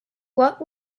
what